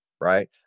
Right